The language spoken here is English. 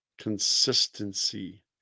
Consistency